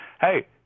Hey